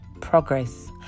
progress